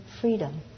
freedom